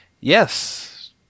Yes